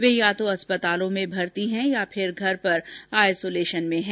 वे या तो अस्पतालों में भर्ती हैं या घर पर आइसोलेशन में हैं